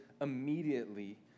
immediately